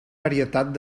varietat